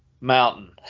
mountain